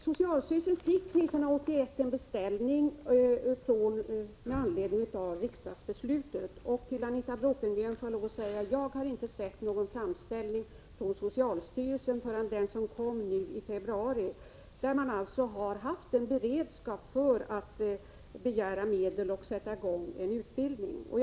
Socialstyrelsen fick 1981 en beställning med anledning av riksdagsbeslutet, och jag vill säga till Anita Bråkenhielm: Jag har inte sett någon framställning från socialstyrelsen före den som kom nu i februari. Man har haft en beredskap för att begära medel och sätta i gång utbildning.